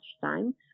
time